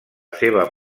seva